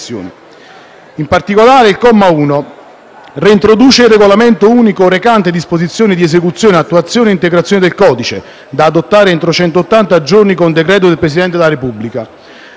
In particolare, il comma 1 reintroduce il regolamento unico recante disposizioni di esecuzione, attuazione e integrazione del codice, da adottare entro centottanta giorni con decreto del Presidente della Repubblica;